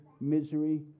misery